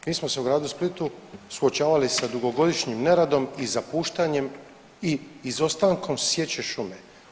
Mi smo se u gradu Splitu suočavali sa dugogodišnjim neradom i zapuštanjem i izostankom sječe šume.